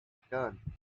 return